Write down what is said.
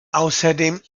außerdem